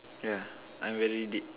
yeah I'm very deep